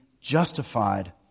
justified